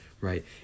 right